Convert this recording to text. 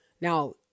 Now